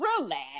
Relax